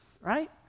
right